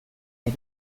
ere